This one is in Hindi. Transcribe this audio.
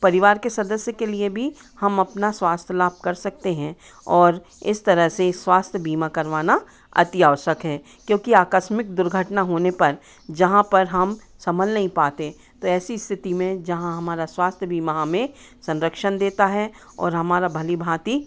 परिवार के सदस्य के लिए भी हम अपना स्वास्थ्य लाभ कर सकते हैं और इस तरह से स्वास्थ्य बीमा करवाना अति आवश्यक है क्योंकि आकस्मिक दुर्घटना होने पर जहाँ पर हम संभल नहीं पाते तो ऐसी स्थिति में जहाँ हमारा स्वास्थ्य बीमा हमें संरक्षण देता है और हमारी भली भांति